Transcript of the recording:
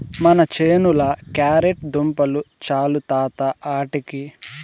మన చేనుల క్యారెట్ దుంపలు చాలు తాత ఆటికి